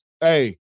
Hey